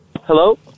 Hello